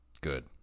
Good